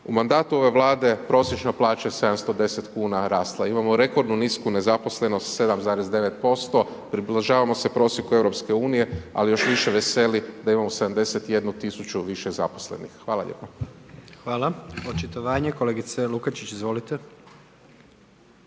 U mandatu ove Vlade prosječna plaća je 710 kuna rasla. Imamo rekordno nisku nezaposlenost 7,9%. Približavamo se prosjeku Europske unije ali još više veseli da imamo 71 tisuću više zaposlenih. Hvala lijepa. **Reiner, Željko (HDZ)** Hvala. Očitovanje kolegice Lukačić. Izvolite.